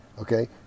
Okay